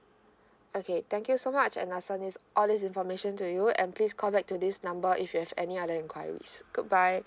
okay thank you so much and I'll send this all this information to you and please call back to this number if you have any other inquiries goodbye